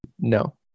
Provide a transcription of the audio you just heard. No